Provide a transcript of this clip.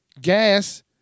Gas